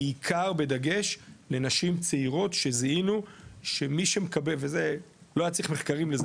בעיקר בדגש לנשים צעירות שזיהינו וזה לא היה צריך מחקרים לזה,